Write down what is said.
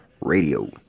Radio